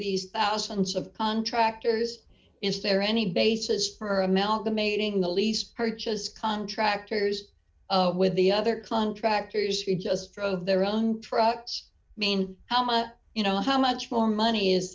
these thousands of contractors is there any basis for a milka mating the lease purchase contractors with the other contractors who just drove their own products i mean how much you know how much more money is